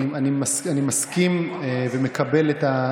שלמה,